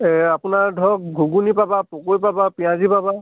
এই আপোনাৰ ধৰক ঘুগুনি পাবা পকৰী পাবা পিঁয়াজি পাবা